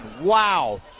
Wow